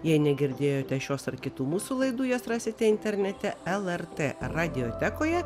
jei negirdėjote šios ar kitų mūsų laidų jas rasite internete lrt radiotekoje